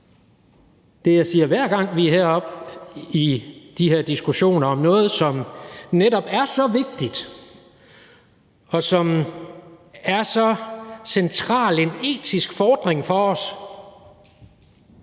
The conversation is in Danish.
økonomi bag. Hver gang vi har diskussioner om noget, som netop er så vigtigt, og som er så central en etisk fordring for os,